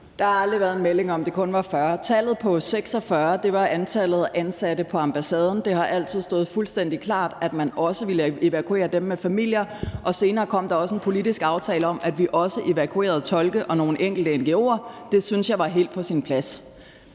Der har aldrig været en melding om, at det kun var 40. Tallet på 46 var antallet af ansatte på ambassaden. Det har altid stået fuldstændig klart, at man også ville evakuere dem med familier, og senere kom der også en politisk aftale om, at vi også evakuerede tolke og folk fra nogle enkelte ngo'er. Det syntes jeg var helt på sin plads.